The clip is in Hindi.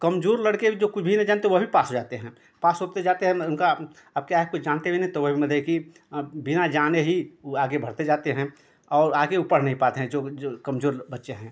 कमजोर लड़के जो कुछ भी नहीं जानते वो भी पास हो जाते हैं पास होते जाते हैं उनका अब क्या है कुछ जानते भी नही तो भी मतलब कि बिना जाने ही वो आगे बढ़ते जाते हैं और आगे ऊ पढ़ नही पाते हैं जो जो कमजोर बच्चे हैं